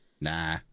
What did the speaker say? Nah